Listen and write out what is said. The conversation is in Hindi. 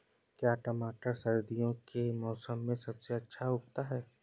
क्या टमाटर सर्दियों के मौसम में सबसे अच्छा उगता है?